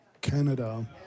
Canada